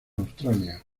australia